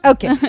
Okay